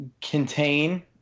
Contain